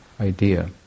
idea